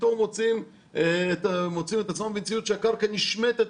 פתאום הם מוצאים את עצמם במציאות שהקרקע נשמטת